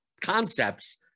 concepts